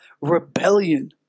rebellion